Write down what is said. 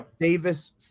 Davis